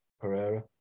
Pereira